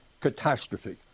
catastrophe